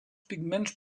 pigments